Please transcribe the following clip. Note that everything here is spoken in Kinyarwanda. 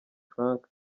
frank